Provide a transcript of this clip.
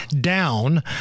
down